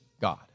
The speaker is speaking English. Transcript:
God